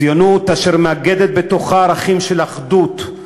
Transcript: ציונות אשר מאגדת בתוכה ערכים של אחדות,